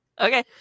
okay